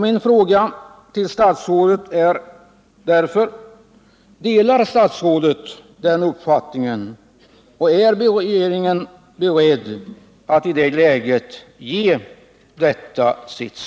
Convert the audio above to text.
Min fråga till statsrådet blir därför: Delar 1 december 1978 statsrådet denna uppfattning, och är regeringen beredd att i det läget ge sitt stöd?